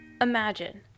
imagine